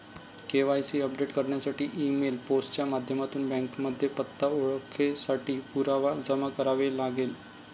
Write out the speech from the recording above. KYC update करण्यासाठी email, post च्या माध्यमातून बँकेमध्ये पत्ता, ओळखेसाठी पुरावा जमा करावे लागेल